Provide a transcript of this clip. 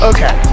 Okay